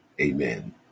amen